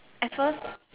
at first